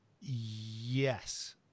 Yes